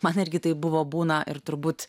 man irgi taip buvo būna ir turbūt